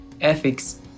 ethics